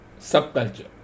subculture